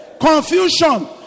confusion